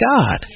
God